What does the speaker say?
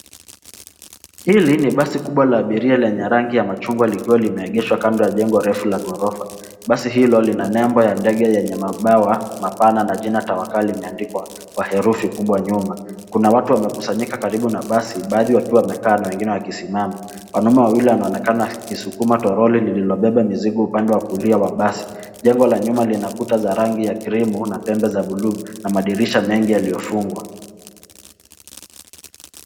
Hili ni basi kubwa la abiria lenye rangi ya machungwa likiwa limeegeshwa kando ya jengo refu la ghorofa basi hilo lina nebo ya ndege yenye mabawa mabana na jina tawakal limeandikwa kwa hefuri kubwa nyuma. Kuna watu wamekusanyika karibu na basi baadhi wakiwa wamekaa na wengine wakisimama, wanaume wawili wanaonekana wakisukuma toroli lililo beba mizigo uande wa kulia wa basi. Jengo la nyuma lina kuta za rangi ya krimu na pembe za buluu na madirisha mengi yaliyofungwa.